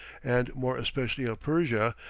and more especially of persia,